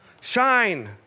shine